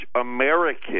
American